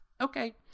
Okay